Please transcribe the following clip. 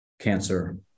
cancer